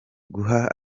guha